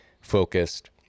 focused